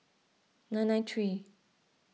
nine nine three